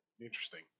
Interesting